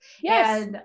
Yes